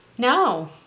No